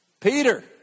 Peter